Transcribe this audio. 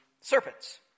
serpents